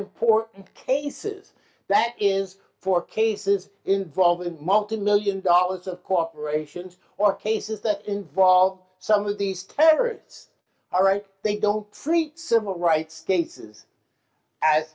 important cases that is for cases involving multimillion dollars of corporations or cases that involve some of these terrorists aren't they don't treat civil rights cases a